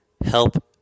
help